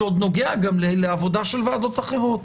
שעוד נוגע גם לעבודה של ועדות אחרות,